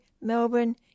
Melbourne